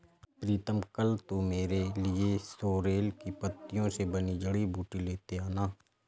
प्रीतम कल तू मेरे लिए सोरेल की पत्तियों से बनी जड़ी बूटी लेते आना